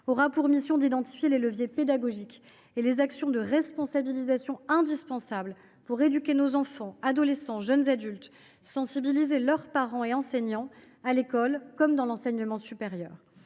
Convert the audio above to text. aura pour mission d’identifier les leviers pédagogiques et les actions de responsabilisation indispensables pour éduquer nos enfants, adolescents et jeunes adultes, sensibiliser leurs parents et enseignants, à l’école comme dans l’enseignement supérieur.